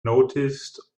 noticed